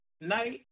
night